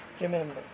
Remember